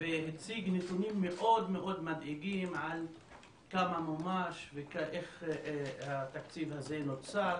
הוא הציג נתונים מאוד מדאיגים על כמה מומש ואיך התקציב הזה נוצר.